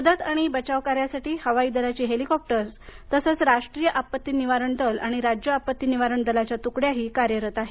मदत आणि बचाव कार्यासाठी हवाई दलाची हेलिकॉप्टर्स तसेच राष्ट्रीय आपत्ती निवारण दल आणि राज्य आपत्ती निवारण दलाच्या तुकड्याही कार्यरत आहेत